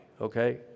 okay